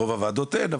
ברוב הוועדות אין,